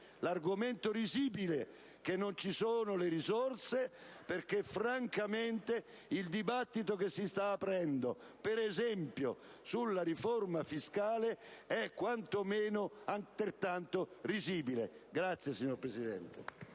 l'argomento risibile che non ci sono le risorse, perché, francamente, il dibattito che si sta aprendo, per esempio, sulla riforma fiscale, è quantomeno altrettanto risibile. *(Applausi dai